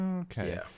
okay